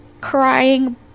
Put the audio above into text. crying